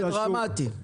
זה דרמטי.